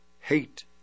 hate